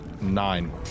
nine